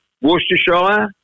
Worcestershire